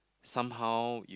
somehow